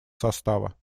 состава